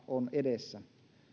on vasta edessä